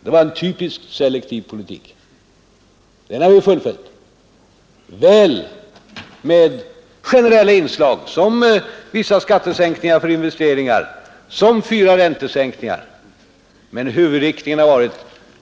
Det var en typisk selektiv politik, som vi har fullföljt, väl med generella inslag som vissa skattesänkningar för investeringar och fyra räntesänkningar, men huvudinriktningen har varit